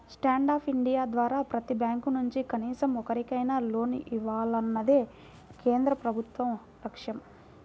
stand up India ద్వారా ప్రతి bank నుంచి కనీసం ఒక్కరికైనా లోన్ ఇవ్వాలన్నదే కేంద్ర ప్రభుత్వ లక్ష్యం